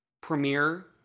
premiere